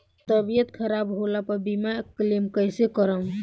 तबियत खराब होला पर बीमा क्लेम कैसे करम?